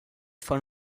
fan